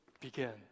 began